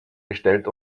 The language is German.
gestellt